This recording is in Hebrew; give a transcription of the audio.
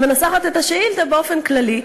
את מנסחת את השאילתה באופן כללי,